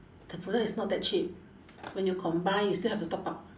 the product is not that cheap when you combine you still have to top up